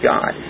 God